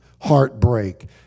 heartbreak